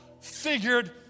figured